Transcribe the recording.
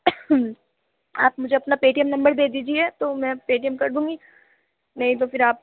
آپ مجھے اپنا پے ٹی ایم نمبر دے دیجیے تو میں پے ٹی ایم کر دوں گی نہیں تو پھر آپ